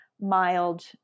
mild